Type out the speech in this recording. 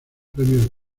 premios